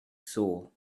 saw